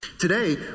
Today